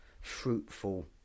fruitful